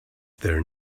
there